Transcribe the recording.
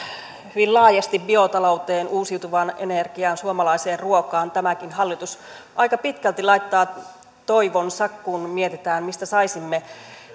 hyvin laajasti biotalouteen uusiutuvaan energiaan suomalaiseen ruokaan tämäkin hallitus aika pitkälti laittaa toivonsa kun mietitään mistä saisimme